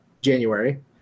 January